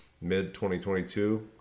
mid-2022